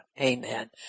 Amen